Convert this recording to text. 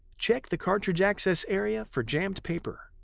check the cartridge access area for jammed paper.